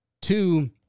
Two